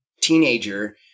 teenager